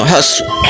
Hustle